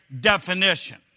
definition